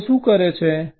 તો લોકો શું કરે છે